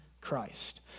Christ